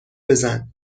بزن